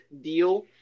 deal